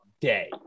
Day